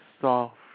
soft